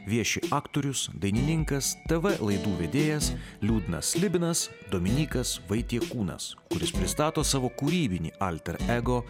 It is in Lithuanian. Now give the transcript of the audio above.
vieši aktorius dainininkas tv laidų vedėjas liūdnas slibinas dominykas vaitiekūnas kuris pristato savo kūrybinį alter ego